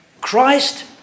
Christ